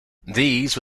these